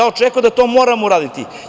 Očekujem da to moramo uraditi.